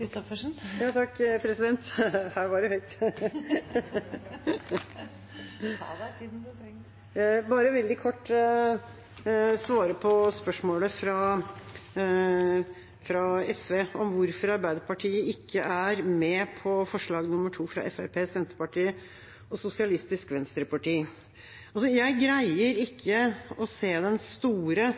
President, her var det høyt! Jeg vil bare veldig kort svare på spørsmålet fra SV om hvorfor Arbeiderpartiet ikke er med på forslag nr. 2, fra Fremskrittspartiet, Senterpartiet og Sosialistisk Venstreparti. Jeg greier ikke å se den store